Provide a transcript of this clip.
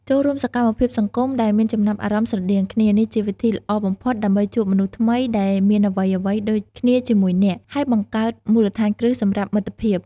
ចូលរួមសកម្មភាពសង្គមដែលមានចំណាប់អារម្មណ៍ស្រដៀងគ្នា នេះជាវិធីល្អបំផុតដើម្បីជួបមនុស្សថ្មីដែលមានអ្វីៗដូចគ្នាជាមួយអ្នក ហើយបង្កើតមូលដ្ឋានគ្រឹះសម្រាប់មិត្តភាព។